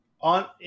on